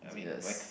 yes